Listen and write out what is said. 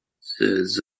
says